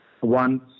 One